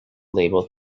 label